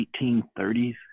1830s